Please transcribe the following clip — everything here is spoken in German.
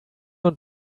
und